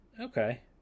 okay